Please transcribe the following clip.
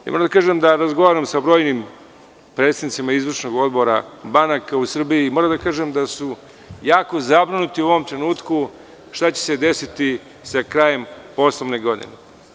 Moram da kažem da razgovaram sa brojnim predstavnicima izvršnog odbora banaka u Srbiji i moram da kažem da su jako zabrinuti u ovom trenutku šta će se desiti sa krajem poslovne godine.